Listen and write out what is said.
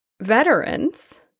veterans